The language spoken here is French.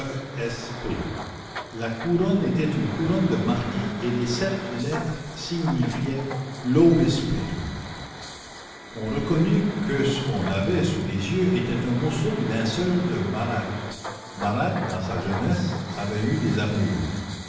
la couronne était une couronne de marquis et les sept lettres signifiaient laubespine on reconnut que ce qu'on avait sous les yeux était un morceau du linceul de marat marat dans sa jeunesse avait eu des amours